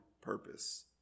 purpose